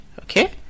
okay